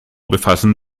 befassen